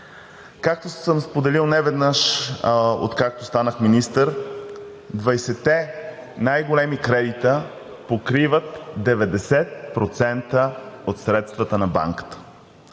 Както съм споделял неведнъж, откакто станах министър, двайсетте най-големи кредита покриват 90% от средствата на банката.